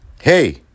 Hey